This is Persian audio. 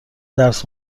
درس